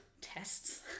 tests